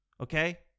Okay